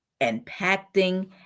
impacting